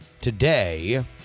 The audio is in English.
today